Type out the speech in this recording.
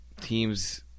teams